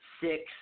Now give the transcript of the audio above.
six